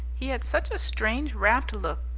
he had such a strange, rapt look,